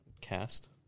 Cast